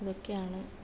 ഇതൊക്കെയാണ്